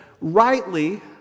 rightly